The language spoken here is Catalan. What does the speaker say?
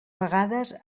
vegades